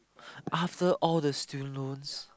after all the student loans